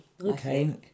okay